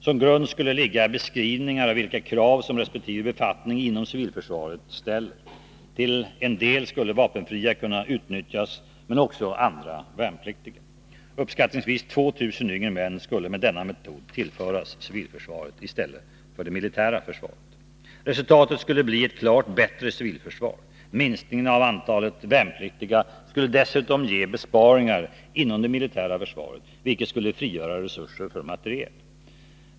Som grund skulle ligga beskrivningar av vilka krav som resp. befattning inom civilförsvaret ställer. Till en del skulle vapenfria kunna utnyttjas, men också andra värnpliktiga. Uppskattningsvis 2 000 yngre män skulle med denna metod tillföras civilförsvaret i stället för det militära försvaret. Resultatet skulle bli ett klart bättre civilförsvar. Minskningen av antalet värnpliktiga skulle dessutom ge besparingar inom det militära försvaret, vilket skulle frigöra resurser för material.